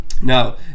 now